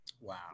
Wow